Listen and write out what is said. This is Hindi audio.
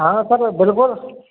हाँ सर बिल्कुल